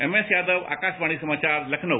MS Yadav Akashvani समाचार लखनऊ